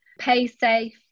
Paysafe